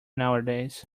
nowadays